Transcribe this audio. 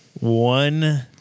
One